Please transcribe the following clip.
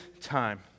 time